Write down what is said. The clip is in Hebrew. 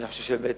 אני חושב שבאמת